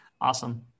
Awesome